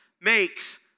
makes